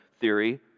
theory